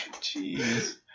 Jeez